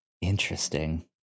Interesting